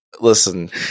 Listen